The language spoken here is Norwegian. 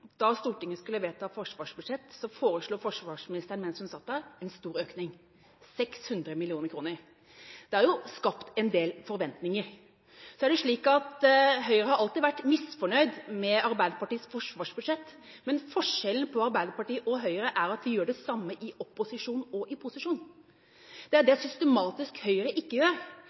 jo skapt en del forventninger. Så er det slik at Høyre alltid har vært misfornøyd med Arbeiderpartiets forsvarsbudsjett, men forskjellen på Arbeiderpartiet og Høyre er at vi gjør det samme i opposisjon og i posisjon. Det er det Høyre systematisk ikke gjør, for når det kommer til stykket, er det skattekutt som prioriteres fra Høyre. Hvorfor er det alltid slik at forsvarsbudsjettet ikke